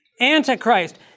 antichrist